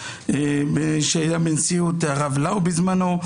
שהייתה בנשיאות הרב לאו בזמנו.